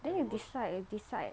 then you decide you decide